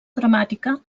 dramàtica